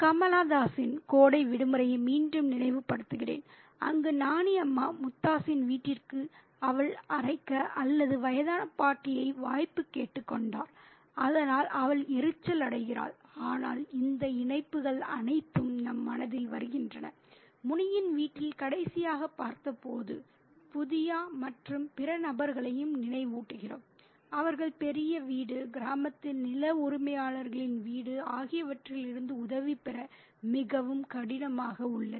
கமலா தாஸின் கோடை விடுமுறையை மீண்டும் நினைவுபடுத்துகிறேன் அங்கு நானி அம்மா முத்தஸ்ஸியின் வீட்டிற்கு அவல் அரைக்க அல்லது வயதான பாட்டியை வாய்ப்பு கேட்டுக்கொண்டார் அதனால் அவள் எரிச்சலடைகிறாள் ஆனால் இந்த இணைப்புகள் அனைத்தும் நம் மனதில் வருகின்றன முனியின் வீட்டில் கடைசியாகப் பார்த்தபோது புதியா மற்றும் பிற நபர்களையும் நினைவூட்டுகிறோம் அவர்கள் பெரிய வீடுகிராமத்தில் நில உரிமையாளரின் வீடு ஆகியவற்றிலிருந்து உதவி பெற மிகவும் கடினமாக உள்ளனர்